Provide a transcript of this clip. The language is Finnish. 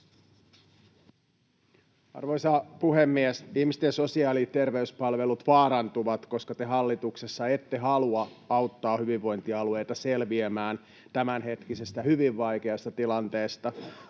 Arvoisa puhemies! Ihmisten sosiaali- ja terveyspalvelut vaarantuvat, koska te hallituksessa ette halua auttaa hyvinvointialueita selviämään tämänhetkisestä hyvin vaikeasta tilanteesta.